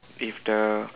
if the